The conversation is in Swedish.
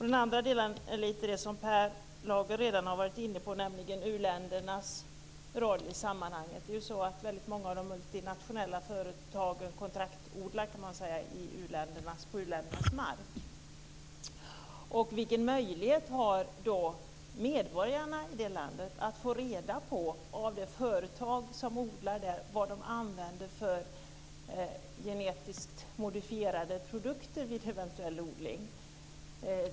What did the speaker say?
Den andra delen är lite det som Per Lager redan har varit inne på, nämligen u-ländernas roll i sammanhanget. Väldigt många av de multinationella företagen kan man säga kontraktsodlar på u-ländernas mark. Vilken möjlighet har medborgarna i det landet att få reda på av det företag som eventuellt odlar där vad man använder för genetiskt modifierade produkter?